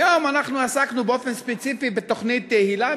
היום אנחנו עסקנו באופן ספציפי בתוכנית היל"ה,